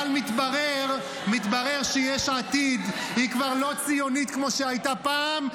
אבל מתברר שיש עתיד היא כבר לא ציונית כמו שהייתה פעם,